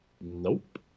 Nope